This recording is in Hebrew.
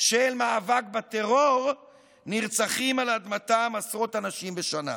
של מאבק בטרור נרצחים על אדמתם עשרות אנשים בשנה.